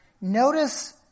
Notice